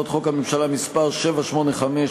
ה"ח הממשלה מס' 785,